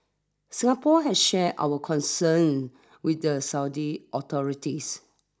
Singapore has shared our concern with the Saudi authorities